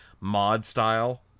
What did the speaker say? mod-style